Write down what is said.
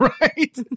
right